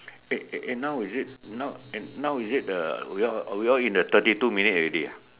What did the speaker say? eh eh eh now is it now is it we all in the thirty two minute already ah